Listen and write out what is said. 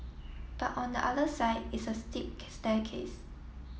but on the other side is a steep case staircase